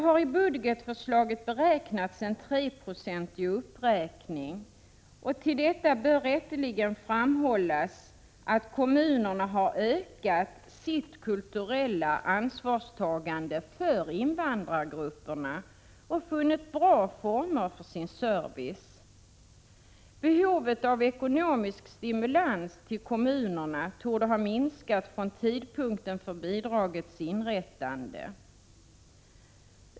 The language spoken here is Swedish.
I budgetförslaget föreslås en treprocentig uppräkning. Till detta bör rätteligen läggas att kommunerna har ökat sitt kulturella ansvarstagande för invandrargrupperna och funnit bra former för sin service. Behovet av ekonomisk stimulans till kommunerna torde ha minskat från tidpunkten för bidragets inrättande.